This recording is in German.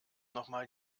nochmal